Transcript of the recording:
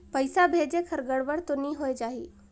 पइसा भेजेक हर गड़बड़ तो नि होए जाही?